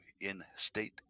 in-state